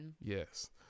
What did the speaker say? Yes